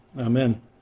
Amen